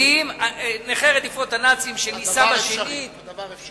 נכה רדיפות הנאצים שנישא בשנית, הדבר אפשרי.